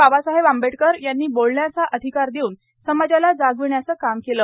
बाबासाहेब आंबेडकर यांनी बोलण्याचा अधिकार देऊन समाजाला जागविण्याचे काम केले